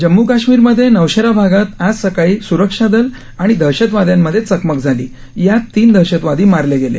जम्मू काश्मीरमध्ये नौशेरा भागात आज सकाळी स्रक्षा दल आणि दहशतवाद्यांमध्ये चकमक झाली यात तीन दहशतवादी मारले गेले